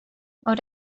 gaur